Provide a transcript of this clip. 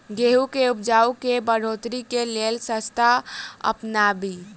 गेंहूँ केँ उपजाउ केँ बढ़ोतरी केँ लेल केँ रास्ता अपनाबी?